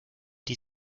die